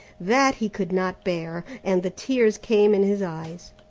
that he could not bear, and the tears came in his eyes.